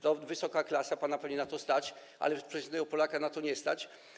To wysoka klasa, pana pewnie na to stać, ale przeciętnego Polaka na to nie stać.